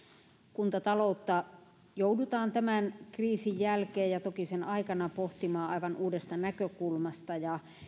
kuntataloutta joudutaan tämän kriisin jälkeen ja toki sen aikana pohtimaan aivan uudesta näkökulmasta